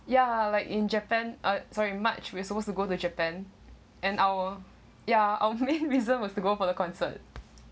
ya like in japan uh sorry march we're supposed to go to japan and our ya our main reason was to go for the concert